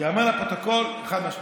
ייאמר לפרוטוקול, חד-משמעית.